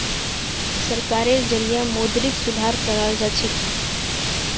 सरकारेर जरिएं मौद्रिक सुधार कराल जाछेक